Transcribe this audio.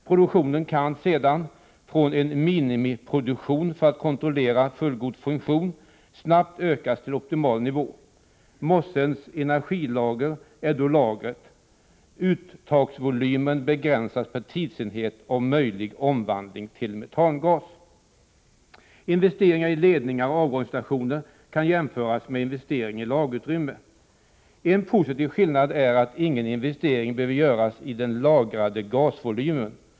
Produktionen kan sedan, från en minimiproduktion för att kontrollera fullgod funktion, snabbt ökas till optimal nivå. Mossens energiinnehåll är då lagret. Uttagsvolymen begränsas per tidsenhet av möjlig omvandling till metangas. Investeringar i ledningar och avgasningsstationer kan jämföras med investeringar i lagerutrymmen. En positiv skillnad är att ingen investering behöver göras i den lagrade gasvolymen.